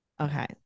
Okay